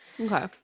okay